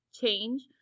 change